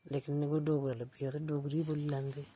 लेकिन इ'नेंगी कोई डोगरा लब्भी जा डोगरी बी बोली लैंदे